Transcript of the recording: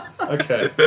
okay